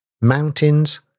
mountains